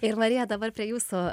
ir marija dabar prie jūsų